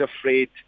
afraid